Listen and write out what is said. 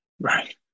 Right